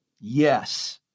yes